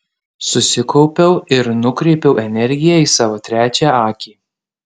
susikaupiau ir nukreipiau energiją į savo trečią akį